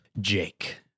Jake